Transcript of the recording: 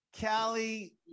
Callie